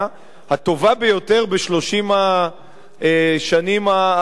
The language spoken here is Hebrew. הטובה ביותר ב-30 השנים האחרונות.